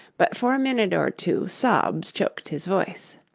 but for a minute or two sobs choked his voice.